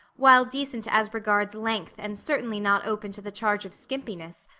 while decent as regards length and certainly not open to the charge of skimpiness,